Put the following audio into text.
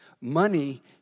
Money